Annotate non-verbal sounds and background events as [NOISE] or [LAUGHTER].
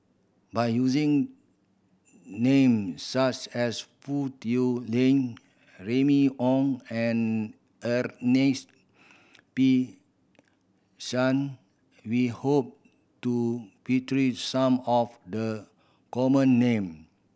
by using name such as Foo Tui Lian Remy Ong and Ernest P Shank we hope to [UNINTELLIGIBLE] some of the common name